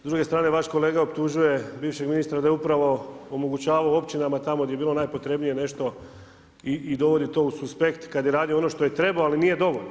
S druge strane vaš kolega optužuje bivšeg ministra da je upravo omogućavao općinama tamo gdje je bilo najpotrebnije nešto i dovodi to u suspekt kad je radio ono što je trebao ali nije dovoljno.